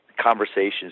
conversations